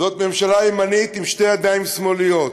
זאת ממשלה ימנית עם שתי ידיים שמאליות.